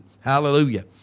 Hallelujah